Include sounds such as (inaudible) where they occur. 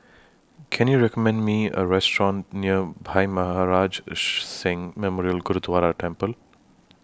Can YOU recommend Me A Restaurant near Bhai Maharaj (noise) Singh Memorial Gurdwara Temple